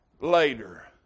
later